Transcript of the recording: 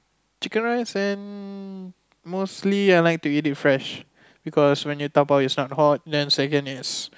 chicken rice and mostly I like to eat it fresh because when you double it's not hot then second is